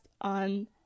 on